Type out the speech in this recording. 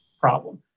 problem